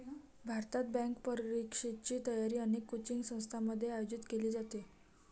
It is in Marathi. भारतात, बँक परीक्षेची तयारी अनेक कोचिंग संस्थांमध्ये आयोजित केली जाते